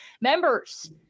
members